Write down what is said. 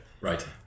right